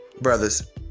Brothers